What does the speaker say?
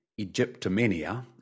Egyptomania